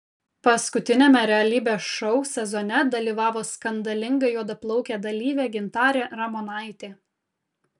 paskutiniame realybės šou sezone dalyvavo skandalinga juodaplaukė dalyvė gintarė ramonaitė